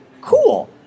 cool